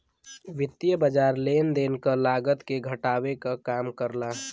वित्तीय बाज़ार लेन देन क लागत के घटावे क काम करला